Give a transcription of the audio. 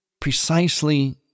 precisely